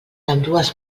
ambdues